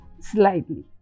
slightly